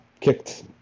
kicked